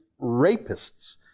rapists